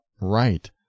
right